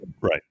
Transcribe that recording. Right